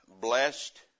blessed